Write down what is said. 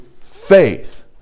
faith